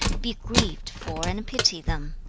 be grieved for and pity them,